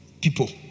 people